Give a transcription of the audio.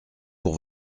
pour